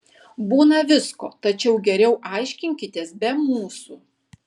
būna visko tačiau geriau aiškinkitės be mūsų